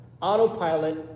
Autopilot